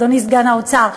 אדוני סגן שר האוצר.